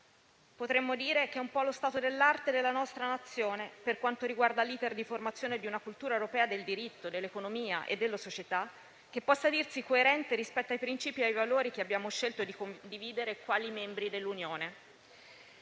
Potremmo dire che è un po' lo stato dell'arte della nostra Nazione per quanto riguarda l'*iter* di formazione di una cultura europea del diritto, dell'economia e della società che possa dirsi coerente rispetto ai principi e ai valori che abbiamo scelto di condividere quali membri dell'Unione.